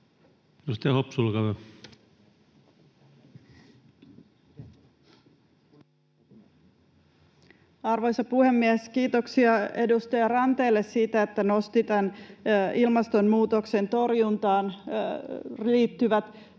Arvoisa puhemies! Kiitoksia edustaja Ranteelle sitä, että nosti nämä ilmastonmuutoksen torjuntaan liittyvät